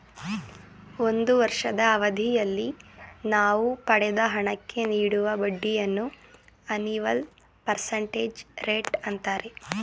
ಒಂದು ವರ್ಷದ ಅವಧಿಯಲ್ಲಿ ನಾವು ಪಡೆದ ಹಣಕ್ಕೆ ನೀಡುವ ಬಡ್ಡಿಯನ್ನು ಅನಿವಲ್ ಪರ್ಸೆಂಟೇಜ್ ರೇಟ್ ಅಂತಾರೆ